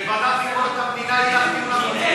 בוועדה לביקורת המדינה יהיה לך דיון אמיתי.